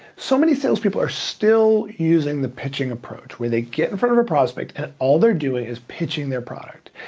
so many sales people are still using the pitching approach where they get in front of a prospect and all they're doing is pitching their product.